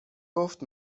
گفت